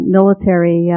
military